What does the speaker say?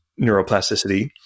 neuroplasticity